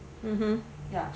mmhmm